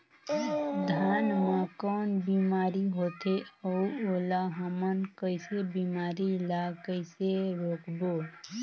धान मा कौन बीमारी होथे अउ ओला हमन कइसे बीमारी ला कइसे रोकबो?